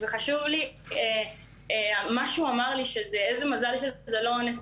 לכן כשהוא אמר לי שזה מזל שזה לא אונס,